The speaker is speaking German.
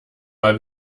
mal